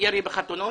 ירי בחתונות.